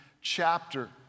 chapter